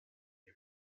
wie